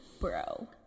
bro